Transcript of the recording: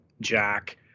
jack